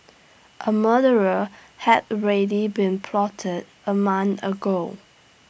A murdera had already been plotted A mon ago